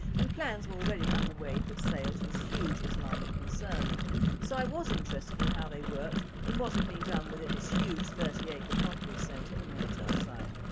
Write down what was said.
and plans were already under way for its sale to this huge islamic concern so i was interested in how they worked and what had been done within this huge thirty acre conference centre and hotel site.